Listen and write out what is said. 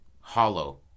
Hollow